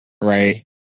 right